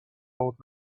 old